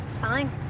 Fine